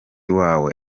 wawe